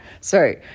Sorry